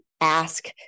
ask